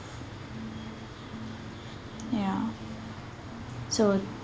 ya so